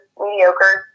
mediocre